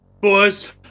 boys